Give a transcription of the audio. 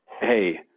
Hey